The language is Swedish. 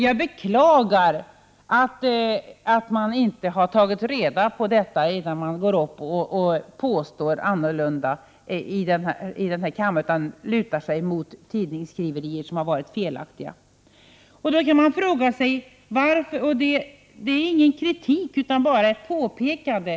Jag beklagar att man inte tagit reda på detta innan man går upp i talarstolen utan lutar sig mot felaktiga tidningsskriverier och påstår något annat. Detta är ingen kritik utan bara ett påpekande.